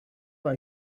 war